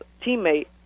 teammate